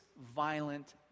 violent